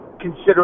consider